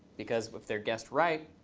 because if they're guessed right,